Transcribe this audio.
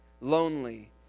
lonely